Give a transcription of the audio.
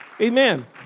Amen